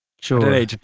sure